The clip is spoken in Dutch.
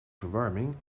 verwarming